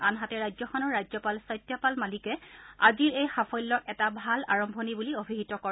আনহাতে ৰাজ্যখনৰ ৰাজ্যপাল সত্যপাল মালিকে আজিৰ এই সাফল্যক এটা ভাল আৰম্ভণি বুলি অভিহিত কৰে